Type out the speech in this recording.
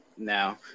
now